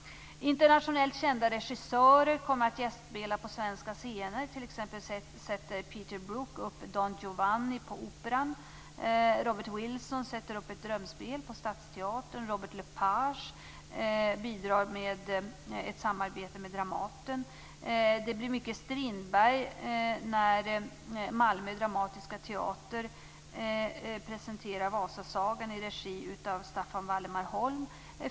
Internationellt kända regissörer kommer att gästspela på svenska scener. T.ex. sätter Peter Brook upp Ett drömspel på Stadsteatern och Robert Lepage bidrar med ett samarbete med Dramaten. Det blir mycket Strindberg när Malmö dramatiska teater presenterar Vasasagan i regi av Staffan Waldemar Holm.